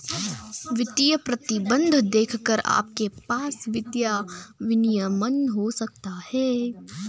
वित्तीय प्रतिबंध देखकर आपके पास वित्तीय विनियमन हो सकता है